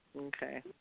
Okay